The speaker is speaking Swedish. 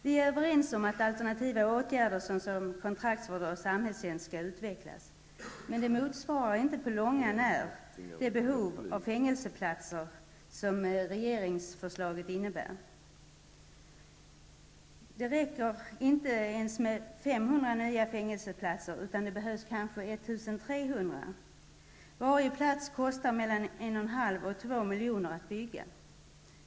Vi är överens om att alternativa åtgärder såsom kontraktsvård och samhällstjänst skall utvecklas, men det motsvarar inte på långt när det behov av fängelseplatser som anges i regeringsförslaget. Det räcker inte ens med 500 nya fängelseplatser utan det behövs kanske 1 300. Varje plats kostar mellan 1 1/2 och 2 miljoner att bygga.